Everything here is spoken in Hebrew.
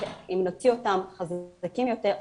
אם נוציא אותם חזקים יותר,